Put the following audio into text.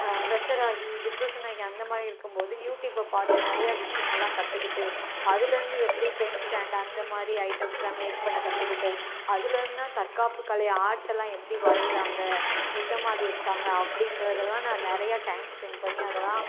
ப்ரெஷராகி depression ஆகி அந்தமாதிரி இருக்கும்போது யூடியூப்பை பார்த்து நிறையா விஷயங்கள்லாம் கற்றுக்கிட்டு அதுலேயிருந்து எப்படி பென் ஸ்டாண்ட் அந்தமாதிரி ஐட்டம்ஸ்லாம் மேக் பண்ண கற்றுக்கிட்டு அதுலேயிருந்துதான் தற்காப்புக் கலை ஆர்ட்டெல்லாம் எப்படி வரையிறாங்கள் எந்தமாதிரி இருக்காங்கள் அப்படின்றதெல்லாம் நான் நிறையா டைம் ஸ்பெண்ட் பண்ணி அதெல்லாம்